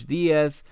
Diaz